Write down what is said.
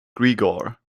gregor